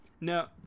no